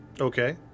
okay